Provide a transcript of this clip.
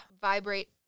vibrate